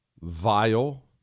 vile